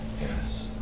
Yes